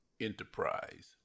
enterprise